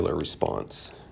response